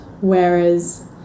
Whereas